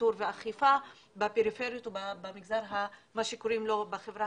שיטור ואכיפה בפריפריות ובמגזר שנקרא החברה